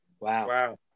Wow